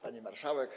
Pani Marszałek!